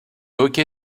hockey